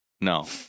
No